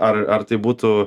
ar ar tai būtų